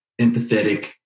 empathetic